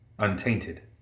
untainted